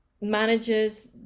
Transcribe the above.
managers